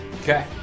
Okay